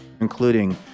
including